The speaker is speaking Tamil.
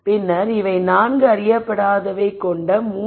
பின்னர் இவை 4 அறியப்படாதவை கொண்ட 3 ஈகுவேஷன்களுடன் முடிவடையும்